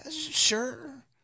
Sure